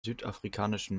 südafrikanischen